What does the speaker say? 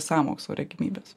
sąmokslo regimybės